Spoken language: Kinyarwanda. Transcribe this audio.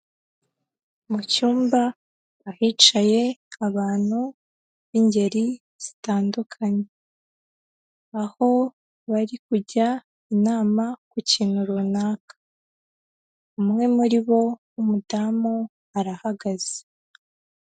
Mu cyumba ahicaye abantu b'ingeri zitandukanye, aho bari kujya inama ku kintu runaka, umwe muri bo w'umudamu arahagaze.